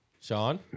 sean